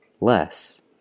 less